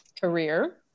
career